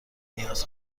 نیاز